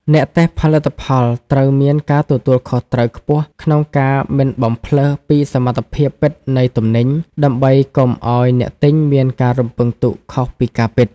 អ្នកតេស្តផលិតផលត្រូវមានការទទួលខុសត្រូវខ្ពស់ក្នុងការមិនបំផ្លើសពីសមត្ថភាពពិតនៃទំនិញ ដើម្បីកុំឱ្យអ្នកទិញមានការរំពឹងទុកខុសពីការពិត។